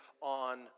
on